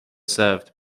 served